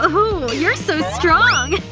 ah oooh! you're so strong!